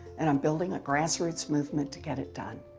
and i'm building a grassroots movement to get it done.